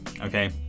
okay